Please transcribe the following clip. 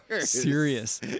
serious